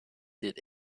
did